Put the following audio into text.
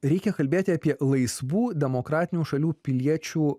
reikia kalbėti apie laisvų demokratinių šalių piliečių